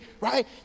right